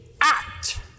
act